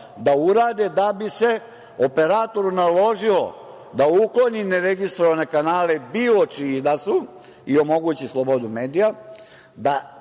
da urade da bi se operatoru naložilo da ukloni ne registrovane kanale, bilo čiji da su, i omogući slobodu medija,